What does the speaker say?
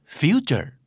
future